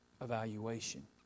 evaluation